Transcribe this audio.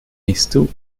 mistook